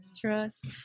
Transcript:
trust